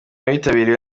witabiriwe